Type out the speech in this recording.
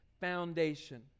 foundation